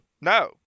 No